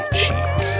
cheek